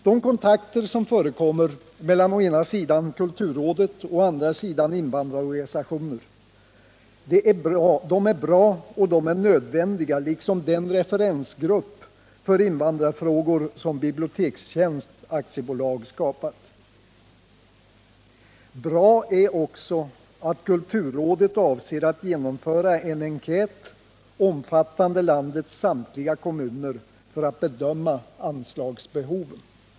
De kontakter som förekommer mellan å ena sidan kulturrådet och å andra sidan invandrarorganisationerna är bra och nödvändiga liksom den referensgrupp för invandrarfrågor som Bibliotekstjänst AB skapat. Bra är också att kulturrådet avser att genomföra en enkät omfattande landets samtliga kommuner för att bedöma anslagsbehoven.